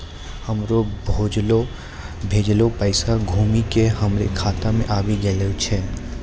हमरो भेजलो पैसा घुमि के हमरे खाता मे आबि गेलो छै